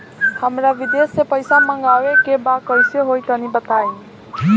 हमरा विदेश से पईसा मंगावे के बा कइसे होई तनि बताई?